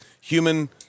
human